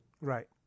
right